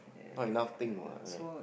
not enough thing what right